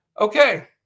Okay